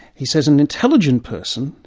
he says an intelligent person,